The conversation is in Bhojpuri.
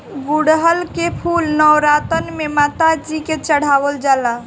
गुड़हल के फूल नवरातन में माता जी के चढ़ावल जाला